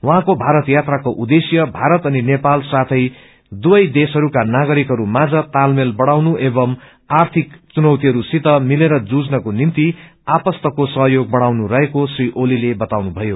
उहाँको भारत यात्राको उद्देश्य भारत अनि नेपाल साथै दुवै देशहरूका नागरिकहरू माझ तालमेल बढ़ाउनु एकम् आर्थिक चुनौतिहरूसित मिलेर जुझ्नको निम्ति आपस्तको सहयोग बढ़ाउनु रहेक्ये श्री ओसीले बताउनुभयो